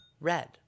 Red